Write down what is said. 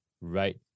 right